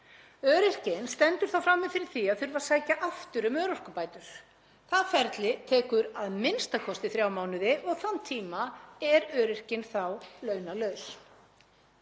Öryrkinn stendur þá frammi fyrir því að þurfa að sækja aftur um örorkubætur. Það ferli tekur a.m.k. þrjá mánuði og þann tíma er öryrkinn þá launalaus.